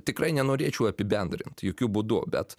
tikrai nenorėčiau apibendrint jokiu būdu bet